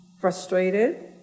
frustrated